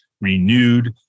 renewed